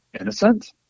innocent